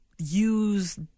use